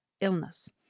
illness